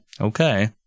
okay